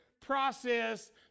process